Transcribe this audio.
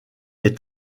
est